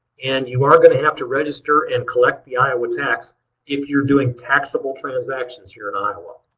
and you are going to have to register and collect the iowa tax if you're doing taxable transactions here in iowa.